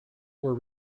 were